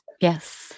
yes